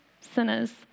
sinners